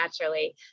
naturally